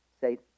say